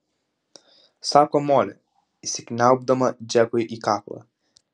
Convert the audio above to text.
sako molė įsikniaubdama džekui į kaklą